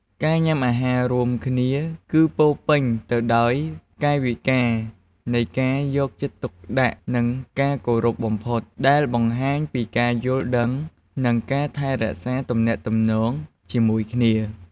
ការញ៉ាំអាហាររួមគ្នា គឺពោរពេញទៅដោយកាយវិការនៃការយកចិត្តទុកដាក់ និងការគោរពបំផុត ដែលបង្ហាញពីការយល់ដឹង និងការថែរក្សាទំនាក់ទំនងជាមួយគ្នា។